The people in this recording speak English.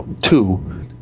two